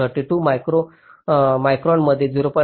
32 मायक्रॉनमध्ये 0